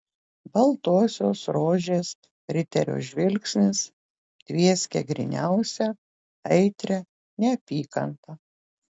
baltosios rožės riterio žvilgsnis tvieskė gryniausia aitria neapykanta